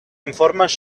informes